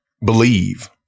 believe